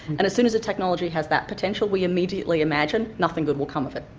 and as soon as a technology has that potential we immediately imagine nothing good will come of it.